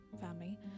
family